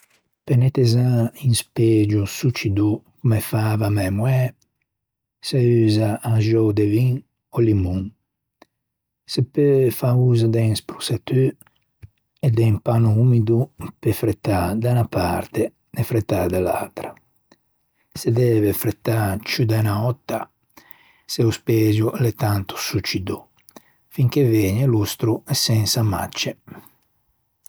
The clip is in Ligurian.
Pe nettezzâ un spegio succido comme fava mæ moæ se usa axou de vin ò limon. Se peu fâ uso de un sprussatô e de un panno ummido pe frettâ da unna parte e frettâ da l'atra. Se deve frettâ ciù de unna òtta se o spegio l'é tanto succido fin che vëgne lustro e sensa macce.